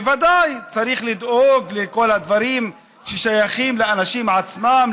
בוודאי צריך לדאוג לכל הדברים ששייכים לאנשים עצמם,